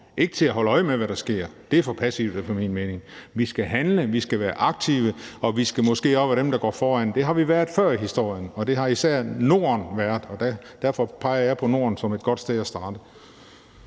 ikke til at holde øje med, hvad der sker, det er for passivt efter min mening. Vi skal handle, vi skal være aktive, og vi skal måske også være dem, der går foran. Det har vi været før i historien, og det har især Norden været, og derfor peger jeg på Norden som et godt sted at starte.